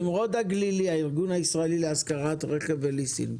הגלילי, הארגון להשכרת רכב וליסינג.